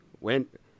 went